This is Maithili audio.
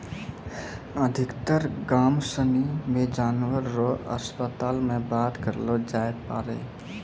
अधिकतर गाम सनी मे जानवर रो अस्पताल मे बात करलो जावै पारै